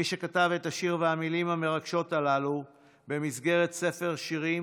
מי שכתב את השיר והמילים המרגשות הללו במסגרת ספר שירים